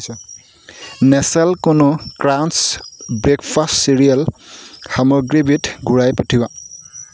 Nestle কোনো crunch breakfast cereal সামগ্ৰীবিধ ঘূৰাই পঠিওৱা